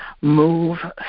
move